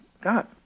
God